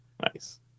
Nice